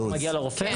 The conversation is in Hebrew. איך הוא מגיע לרופא?